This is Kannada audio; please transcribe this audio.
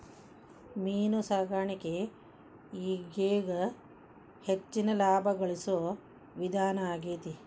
ಮೇನು ಸಾಕಾಣಿಕೆ ಈಗೇಗ ಹೆಚ್ಚಿನ ಲಾಭಾ ಗಳಸು ವಿಧಾನಾ ಆಗೆತಿ